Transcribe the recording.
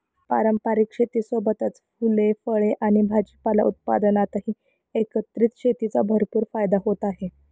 पारंपारिक शेतीसोबतच फुले, फळे आणि भाजीपाला उत्पादनातही एकत्रित शेतीचा भरपूर फायदा होत आहे